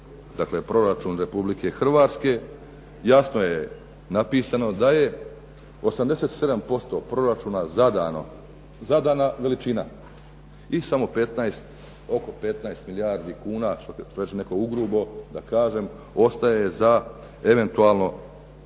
proračun Republike Hrvatske jasno je napisano da je 87% proračuna zadana veličina i samo 15, oko 15 milijardi kuna, što reče netko ugrubo da kažem ostaje za eventualno nekakve